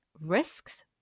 risks